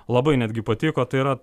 labai netgi patiko tai yra